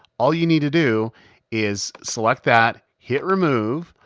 all you need to do is select that, hit remove.